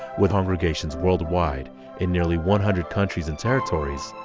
with congregations worldwide in nearly one hundred countries and territories.